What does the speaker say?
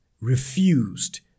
refused